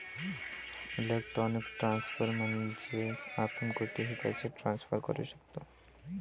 electronic transfer म्हणजे आपण कुठेही पैसे ट्रान्सफर करू शकतो